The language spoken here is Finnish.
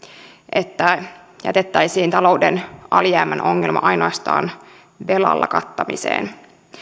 että jätettäisiin talouden alijäämän ongelma ainoastaan velalla kattamiseen